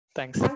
Thanks